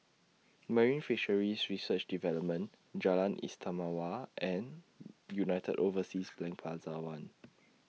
Marine Fisheries Research Development Jalan Istimewa and United Overseas Bank Plaza one